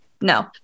no